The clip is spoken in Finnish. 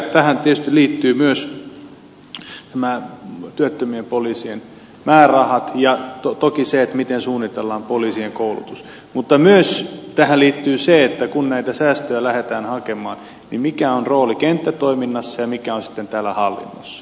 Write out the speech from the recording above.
tähän tietysti liittyvät myös työttömien poliisien määrärahat ja toki se miten suunnitellaan poliisien koulutus mutta tähän liittyy myös se kun näitä säästöjä lähdetään hakemaan mikä on rooli kenttätoiminnassa ja mikä on sitten täällä hallinnossa